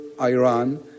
Iran